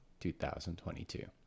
2022